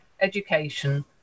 education